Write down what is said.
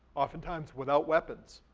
oftentimes without weapons.